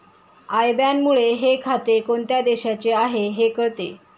I बॅनमुळे हे खाते कोणत्या देशाचे आहे हे कळते